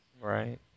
Right